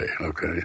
okay